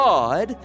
God